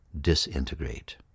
disintegrate